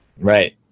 Right